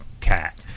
cat